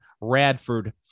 Radford